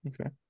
Okay